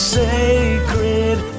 sacred